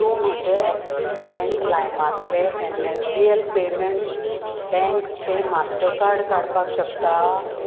तूं म्हजें Axis bank लायमांतले N S D L payments बँकचें मास्टरकार्ड काडपाक शकता